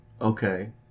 Okay